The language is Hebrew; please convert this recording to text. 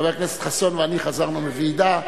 חבר הכנסת חסון ואני חזרנו מוועידה,